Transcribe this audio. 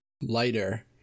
lighter